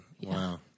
Wow